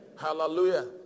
Hallelujah